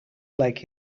like